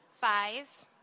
Five